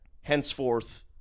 henceforth